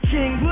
King